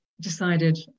decided